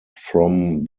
from